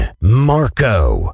marco